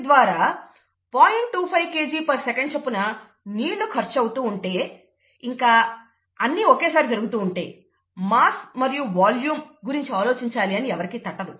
25 Kgs చొప్పున నీళ్లు ఖర్చు అవుతూ ఉంటే ఇంకా అన్ని ఒకేసారి జరుగుతూ ఉంటే మాస్ మరియు వాల్యూం గురించి ఆలోచించాలి అని ఎవరికి తట్టదు